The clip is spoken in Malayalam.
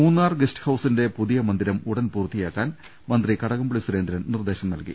മൂന്നാർ ഗസ്റ്റ്ഹൌസിന്റെ പുതിയ മന്ദിരം ഉടൻ പൂർത്തി യാക്കാൻ മന്ത്രി കടകംപള്ളി സുരേന്ദ്രൻ നിർദ്ദേശം നൽകി